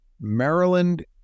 Maryland